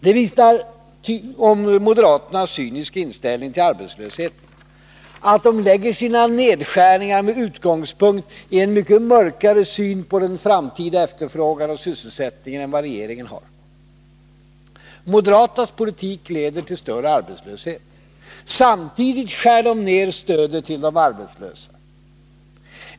Det vittnar tydligt om moderaternaås cyniska inställning till arbetslösheten att de lägger sina nedskärningar med utgångspunkt i en mycket mörkare syn på den framtida efterfrågan och sysselsättningen än vad regeringen har. Moderaternas politik leder till större arbetslöshet. Samtidigt skär de ned stödet till de arbetslösa.